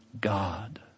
God